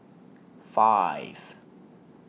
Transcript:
five